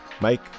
Mike